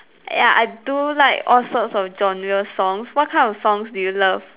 ya I do like all sorts of genre songs what kind of songs do you love